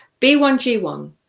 B1G1